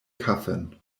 coffin